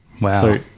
Wow